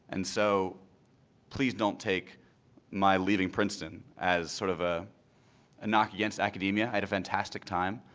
and so please don't take my leaving princeton as sort of ah a knock against academia. i had a fantastic time.